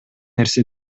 нерсе